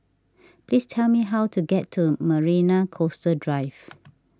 please tell me how to get to Marina Coastal Drive